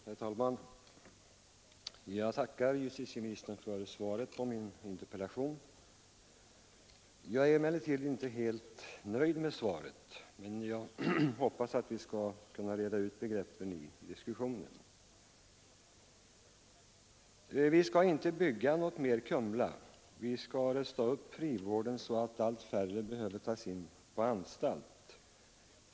Herr talman! Jag tackar justitieministern för svaret på min interpellation. Jag är inte helt nöjd med det, men jag hoppas att vi skall kunna reda ut begreppen i diskussionen. Vi skall inte bygga något mer Kumla, vi skall rusta upp frivården så att allt färre behöver tas in på anstalt.